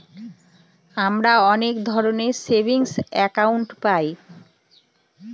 আমরা অনেক ধরনের সেভিংস একাউন্ট পায়